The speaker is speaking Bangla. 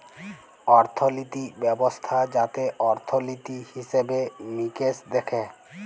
অর্থলিতি ব্যবস্থা যাতে অর্থলিতি, হিসেবে মিকেশ দ্যাখে